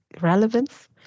relevance